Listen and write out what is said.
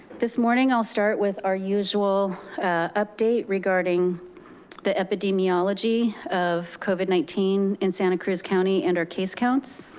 this morning, i'll start with our usual update regarding the epidemiology of covid nineteen in santa cruz county and our case counts.